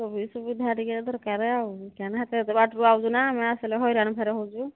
ସବୁ ସୁବିଧା ଟିକେ ଦରକାର ଆଉ କାଇଁ ନା ଆମେ ଏତେ ବାଟରୁ ଆସୁଛୁ ନା ଆସିଲେ ହଇରାଣ ହେଉଛୁ